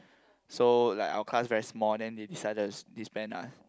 so like our class very small then they decided to disband us